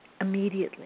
immediately